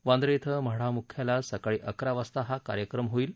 वांद्रे खें म्हाडा मुख्यालयात सकाळी अकरा वाजता हा कार्यक्रम होईल